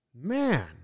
man